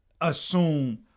assume